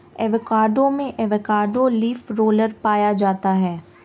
avocado में avocado leaf roller पाया जाता है